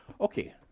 Okay